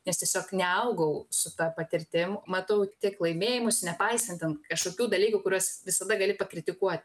nes tiesiog neaugau su ta patirtim matau tik laimėjimus nepaisant ten kažkokių dalykų kuriuos visada gali pakritikuoti